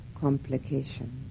complication